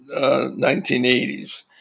1980s